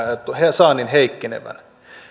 saannin heikkenevän